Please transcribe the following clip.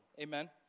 amen